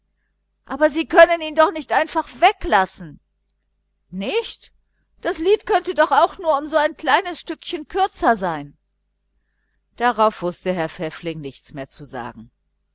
aber sie können ihn doch nicht einfach weglassen nicht das lied könnte doch auch um so ein kleines stückchen kürzer sein darauf wußte herr pfäffling nichts mehr zu sagen